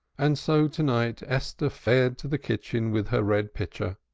and so to-night esther fared to the kitchen, with her red pitcher,